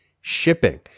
shipping